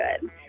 good